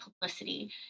publicity